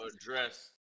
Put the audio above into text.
address